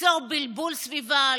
ליצור בלבול סביבה,